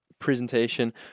presentation